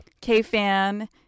K-Fan